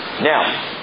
Now